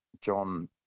John